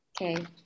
okay